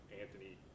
Anthony